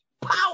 power